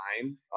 time